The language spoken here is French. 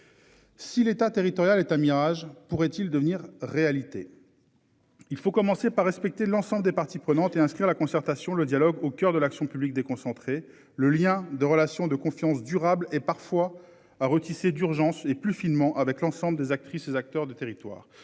Si l'État. Est un mirage pourrait-il devenir réalité. Il faut commencer par respecter l'ensemble des parties prenantes et inscrire la concertation, le dialogue au coeur de l'action publique. Le lien de relation de confiance durable et parfois à retisser d'urgence et plus finement, avec l'ensemble des actrices et acteurs du territoire